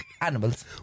Animals